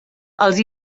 els